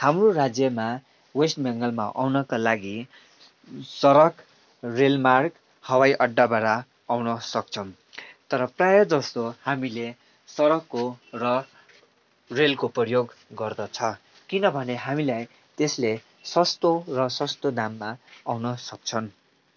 हाम्रो राज्यमा वेस्ट बेङ्गालमा आउनका लागि सडक रेल मार्ग हवाई आड्डाबाट आउन सक्छन् तर प्रायःजसो हामीले सडकको र रेलको प्रयोग गर्दछ किनभने हामीलाई त्यसले सस्तो र सस्तो दाममा आउन सक्छन्